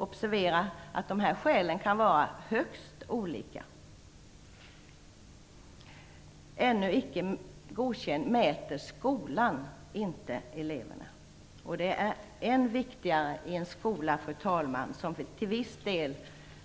Observera att dessa skäl kan vara högst olika. Betyget ännu icke godkänd mäter skolan, inte eleverna. Det är än viktigare i en skola som till viss del